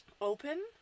open